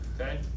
okay